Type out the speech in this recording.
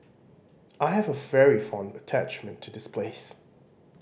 I have a very fond attachment to this place